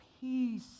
peace